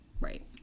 right